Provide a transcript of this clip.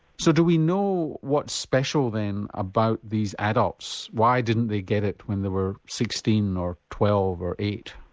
so do we know what's special then about these adults, why didn't they get it when they were sixteen or twelve or eight?